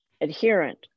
adherent